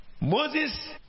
moses